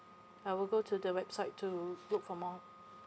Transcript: I will go to the website to look for more